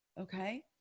Okay